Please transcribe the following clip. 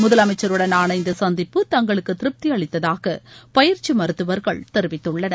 முதலமைச்சருடனான இந்த சந்திப்பு தங்களுக்கு திருப்தியளித்ததாக பயிற்சி மருத்துவர்கள் தெரிவித்துள்ளனர்